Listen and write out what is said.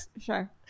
Sure